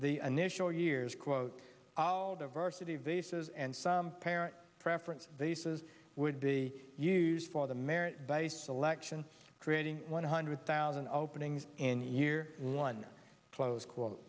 the initial years quote diversity vases and some parent preference they says would be used for the merit based selection creating one hundred thousand openings in year one close